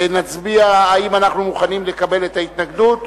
נצביע אם אנחנו מוכנים לקבל את ההתנגדות